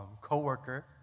co-worker